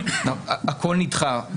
הכול נדחה.